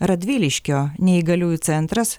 radviliškio neįgaliųjų centras